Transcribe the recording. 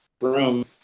room